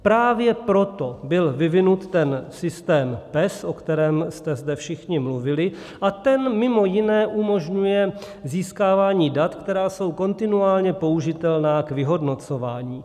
Právě proto byl vyvinut ten systém PES, o kterém jste zde všichni mluvili, a ten mimo jiné umožňuje získávání dat, která jsou kontinuálně použitelná k vyhodnocování.